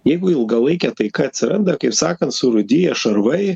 jeigu ilgalaikė taika atsiranda kaip sakant surūdyja šarvai